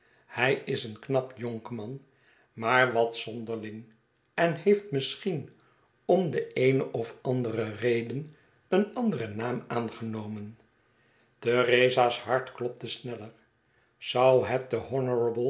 hij is een knap jonkman maar wat zonderling en heeft misschien om de eene of andere reden een anderen naam aangenomen theresa's hart klopte sneller zou het de